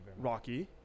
Rocky